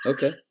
Okay